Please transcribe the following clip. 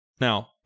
now